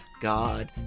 God